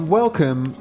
welcome